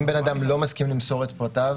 אם בן אדם לא מסכים למסור את פרטיו,